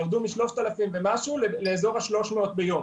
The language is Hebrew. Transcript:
הם ירדו מיותר מ-3,000 לאזור ה-300 ביום.